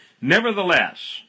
Nevertheless